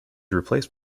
replaced